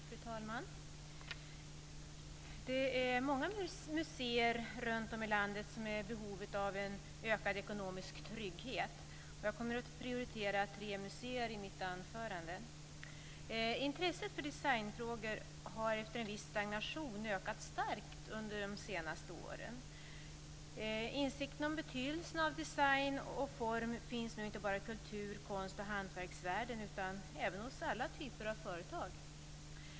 Fru talman! Det är många museer runtom i landet som är i behov av en ökad ekonomisk trygghet. Jag kommer att prioritera tre museer i mitt anförande. Intresset för designfrågor har efter en viss stagnation ökat starkt under de senaste åren. Insikten om betydelsen av design och form finns nu inte bara i kultur-, konst och hantverksvärlden utan även hos alla typer av företag.